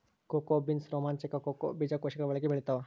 cocoa beans ರೋಮಾಂಚಕ cocoa ಬೀಜಕೋಶಗಳ ಒಳಗೆ ಬೆಳೆತ್ತವ